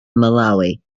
malawi